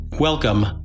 Welcome